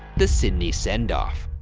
the sydney send-off.